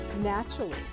naturally